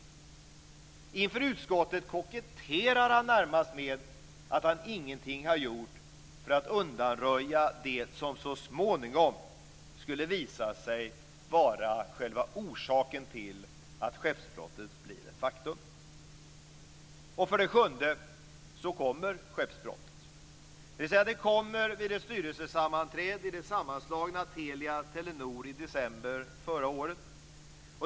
Inför utskottet närmast koketterar han med att han ingenting har gjort för att undanröja det som så småningom skulle visa sig vara själva orsaken till att skeppsbrottet blir ett faktum. För det sjunde: Skeppsbrottet kommer vid ett styrelsesammanträde i det sammanslagna Telia-Telenor i december förra året.